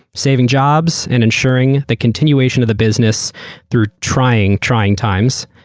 saving jobs and ensuring the continuation of the business through trying trying times.